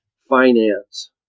finance